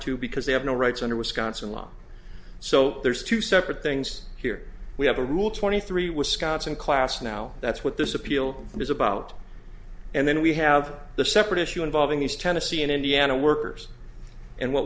to because they have no rights under wisconsin law so there's two separate things here we have a rule twenty three wisconsin class now that's what this appeal is about and then we have the separate issue involving these tennessee and indiana workers and what